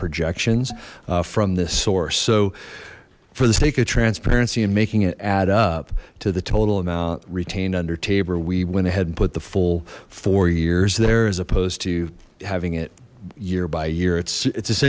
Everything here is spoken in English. projections from this source so for the sake of transparency and making it add up to the total amount retained under tabor we went ahead and put the full four years there as opposed to having it year by year it's it's